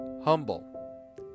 Humble